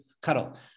cuddle